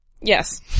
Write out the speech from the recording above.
Yes